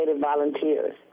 volunteers